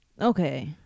Okay